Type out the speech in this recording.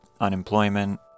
unemployment